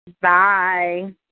Bye